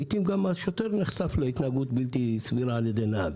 לעתים גם השוטר נחשף להתנהגות בלתי סבירה על ידי נהג.